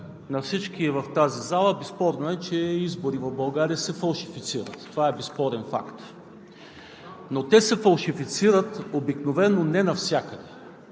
За всички в тази зала е безспорно, че избори в България се фалшифицират – това е безспорен факт, но те се фалшифицират обикновено не навсякъде.